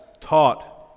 taught